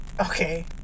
Okay